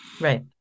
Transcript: Right